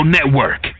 Network